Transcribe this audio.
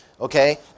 Okay